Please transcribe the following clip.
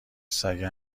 سگه